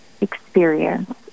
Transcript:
experience